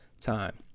time